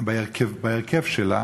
בהרכב שלה,